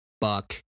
Buck